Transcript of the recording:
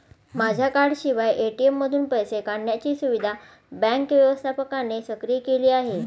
माझ्या कार्डाशिवाय ए.टी.एम मधून पैसे काढण्याची सुविधा बँक व्यवस्थापकाने सक्रिय केली आहे